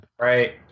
Right